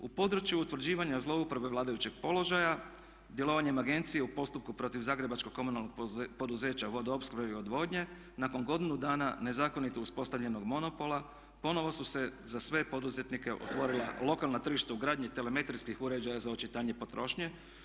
U području utvrđivanja zlouporabe vladajućeg položaja djelovanjem agencije u postupku protiv Zagrebačkog komunalnog poduzeća Vodoopskrbe i odvodnje nakon godinu dana nezakonito uspostavljenog monopola ponovno su se za sve poduzetnike otvorila lokalna tržišta u gradnje telemetrijskih uređaja za očitanje potrošnje.